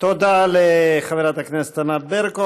תודה לחברת הכנסת ענת ברקו.